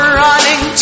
running